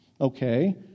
okay